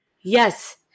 Yes